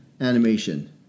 animation